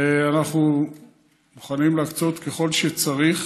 ואנחנו מוכנים להקצות ככל שצריך.